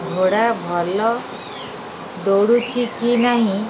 ଘୋଡ଼ା ଭଲ ଦୌଡ଼ୁଛି କି ନାହିଁ